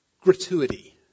gratuity